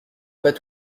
pas